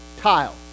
tile